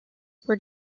were